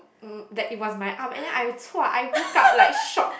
mm that it was my arm and then I !wah! I woke up like shocked